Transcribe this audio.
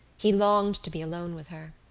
he longed to be alone with her.